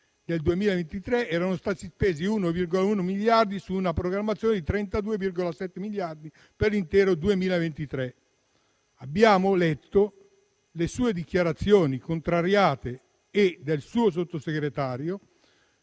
del 2023, erano stati spesi 1,1 miliardi, su una programmazione di 32,7 miliardi per l'intero 2023. Abbiamo letto alcune dichiarazioni molto contrariate, sue e del suo Sottosegretario.